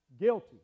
guilty